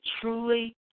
truly